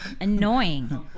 annoying